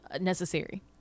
necessary